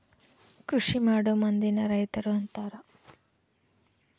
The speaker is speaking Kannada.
ಕೃಷಿಮಾಡೊ ಮಂದಿನ ರೈತರು ಅಂತಾರ